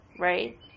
Right